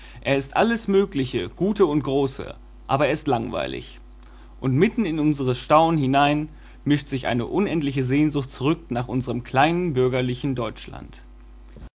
er ist alles mögliche gute und große aber er ist langweilig und mitten in unser staunen hinein mischt sich eine unendliche sehnsucht zurück nach unserem kleinbürgerlichen deutschland